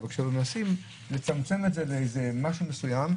אבל כשמנסים לצמצם את זה לאיזה משהו מסוים,